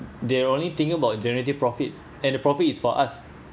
they’re only thinking about generating profit and the profit is for us